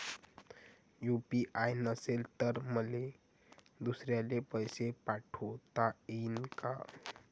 UPI नसल तर मले दुसऱ्याले पैसे पाठोता येईन का?